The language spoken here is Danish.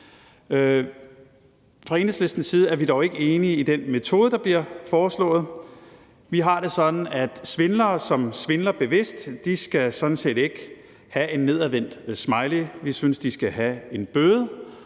Fra Enhedslistens side er vi dog ikke enige i den metode, der bliver foreslået. Vi har det sådan, at svindlere, som svindler bevidst, sådan set ikke skal have en nedadvendt smiley. Vi synes, at de skal have en bøde.